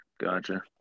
Gotcha